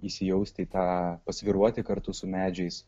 įsijausti į tą pasvyruoti kartu su medžiais